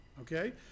Okay